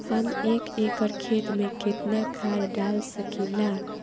हम एक एकड़ खेत में केतना खाद डाल सकिला?